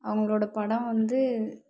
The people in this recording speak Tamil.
அவங்களோட படம் வந்து